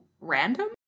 random